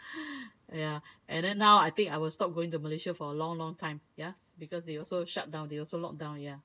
ya and then now I think I will stop going to malaysia for a long long time ya because they also shut down they also locked down ya